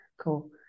cool